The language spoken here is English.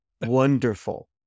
wonderful